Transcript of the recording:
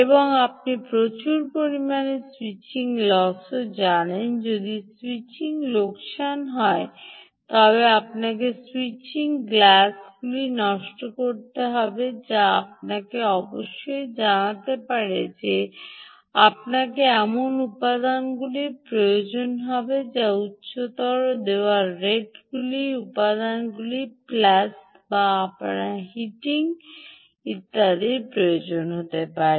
এবং আপনি প্রচুর পরিমাণে স্যুইচিং লসও জানেন না এবং যদি স্যুইচিং লোকসান বেশি হয় তবে আপনাকে স্যুইচিং গ্লাসগুলি নষ্ট করতে হবে যা আপনাকে অবশ্যই জানতে পারে যে আপনাকে এমন উপাদানগুলির প্রয়োজন হবে যা উচ্চতর রেট দেওয়া হয় রেটযুক্ত উপাদানগুলি প্লাস আপনার হিটিং ডুব ইত্যাদি প্রয়োজন হতে পারে